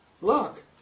look